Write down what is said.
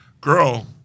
Girl